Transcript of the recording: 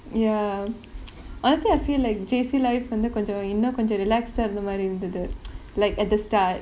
ya honestly I feel like J_C life வந்து கொஞ்சம் இன்னும் கொஞ்சம்:vanthu konjam innum konjam relaxed ah இருந்த மாதிரி இருந்துது:iruntha maathiri irunthathu like at the start